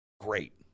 great